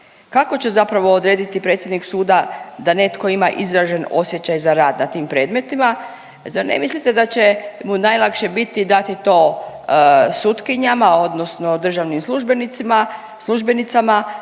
Kako će zapravo odrediti predsjednik suda da netko ima izražen osjećaj za rad na tim predmetima? Zar ne mislite da će mu najlakše biti dati to sutkinjama odnosno državnim službenicima,